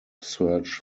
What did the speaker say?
search